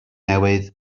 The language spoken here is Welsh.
newydd